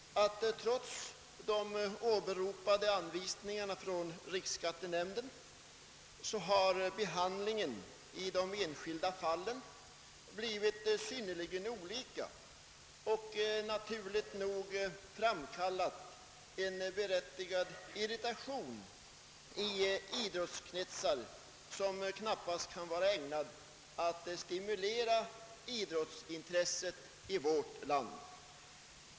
Trots de åberopade anvisningarna från = riksskattenämnden har bedömningarna i de enskilda fallen blivit synnerligen olika, och detta har i idrottskretsar framkallat en berättigad irritation, som knappast kan vara ägnad att stimulera idrottsintresset i vårt land.